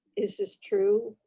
is this true?